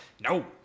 no